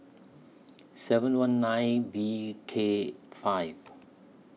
seven one nine V K five